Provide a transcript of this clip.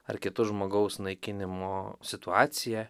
ar kitu žmogaus naikinimo situacija